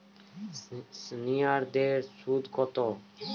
সিনিয়ারদের সুদ কত?